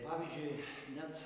pavyzdžiui net